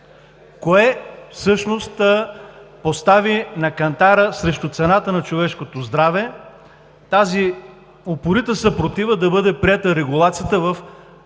Кое всъщност постави на кантара срещу цената на човешкото здраве тази упорита съпротива да бъде приета регулацията в този